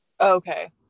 Okay